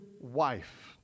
wife